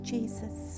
Jesus